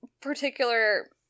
particular